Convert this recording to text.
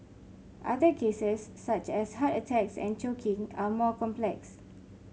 other cases such as heart attacks and choking are more complex